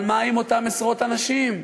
אבל מה עם אותם עשרות אנשים,